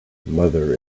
mother